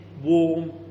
warm